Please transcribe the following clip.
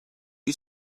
you